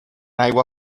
aigua